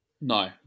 No